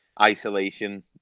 isolation